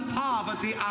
poverty